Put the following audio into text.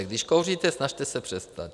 Když kouříte, snažte se přestat.